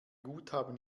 guthaben